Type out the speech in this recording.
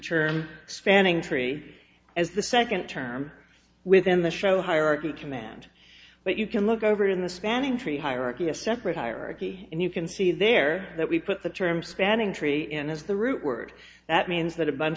term spanning tree as the second term within the show hierarchy command but you can look over in the spanning tree hierarchy a separate hierarchy and you can see there that we put the term spanning tree in is the root word that means that a bunch